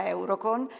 Eurocon